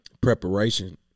preparation